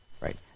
right